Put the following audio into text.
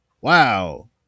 Wow